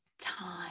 time